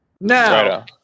Now